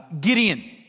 Gideon